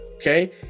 Okay